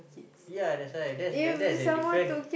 yeah that's why that that's the different